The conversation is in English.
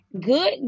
good